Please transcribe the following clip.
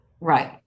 Right